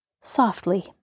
softly